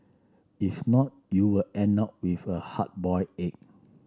if not you will end up with a hard boiled egg